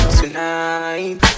tonight